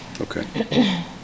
Okay